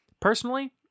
Personally